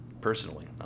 personally